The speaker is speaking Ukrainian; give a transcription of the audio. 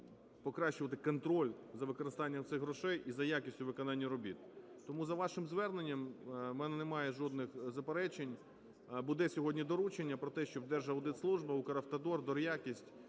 покращувати контроль за використанням цих грошей і за якістю виконання робіт. Тому за вашим зверненням у мене немає жодних заперечень. Буде сьогодні доручення про те, щоб Держаудитслужба, "Укравтодор", "Дор'якість"